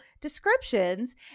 descriptions